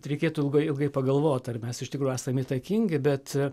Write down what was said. reikėtų ilgai ilgai pagalvot ar mes iš tikrųjų esam įtakingi bet